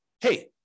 hey